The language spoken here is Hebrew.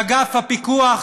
שאגף הפיקוח